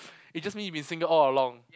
it just mean you've been single all along